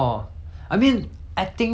it's just entertainment